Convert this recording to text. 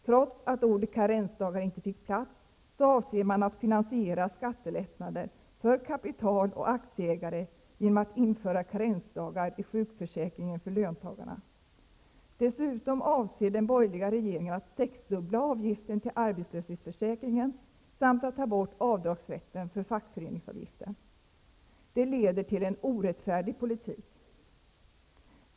Trots att ordet karensdagar inte fick plats, avser man att finansiera skattelättnader för kapital och aktieägare genom att införa karensdagar i sjukförsäkringen för löntagarna. Dessutom avser den borgerliga regeringen att sexdubbla avgiften till arbetslöshetsförsäkringen samt att ta bort avdragsrätten för fackföreningsavgiften. Det leder till en orättfärdig politik.